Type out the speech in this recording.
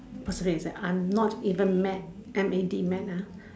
I'm not even mad M A D mad ah